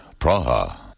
Praha